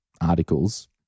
articles